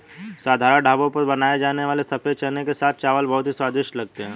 साधारण ढाबों पर बनाए जाने वाले सफेद चने के साथ चावल बहुत ही स्वादिष्ट लगते हैं